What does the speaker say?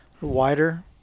wider